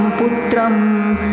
putram